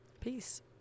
Peace